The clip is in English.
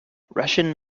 russian